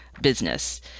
business